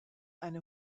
eine